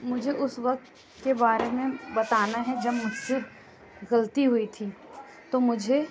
مجھے اُس وقت کے بارے میں بتانا ہے جب مجھ سے غلطی ہوئی تھی تو مجھے